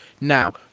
Now